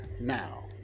Now